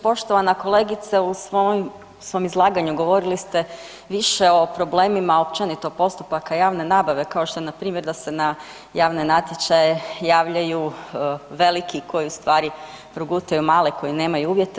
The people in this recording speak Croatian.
Poštovana kolegice, u svom izlaganju govorili ste više o problemima općenito postupaka javne nabave kao što je npr. da se na javne natječaje javljaju veliki koji u stvari progutaju male koji nemaju uvjete.